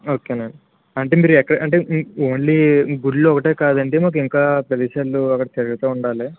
okay అండి అంటే మీరు ఎక్కడ ఓన్లీ గుళ్ళు ఒకటే కాదండి మాకు ఇంకా ప్రదేశాలు అక్కడ తిరుగుతు ఉండాలి